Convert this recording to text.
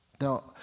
Now